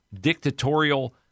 dictatorial